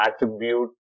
attribute